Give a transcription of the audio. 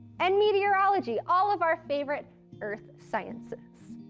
and meteorology, all of our favorite earth sciences.